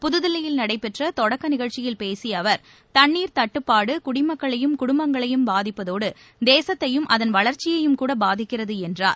புதுதில்லியில் நடைபெற்ற தொடக்க நிகழ்ச்சியில் பேசிய அவர் தண்ணீர் தட்டுப்பாடு குடிமக்களையும் குடும்பங்களையும் பாதிப்பதோடு தேசத்தையும் அதன் வளர்ச்சியையும் கூட பாதிக்கிறது என்றார்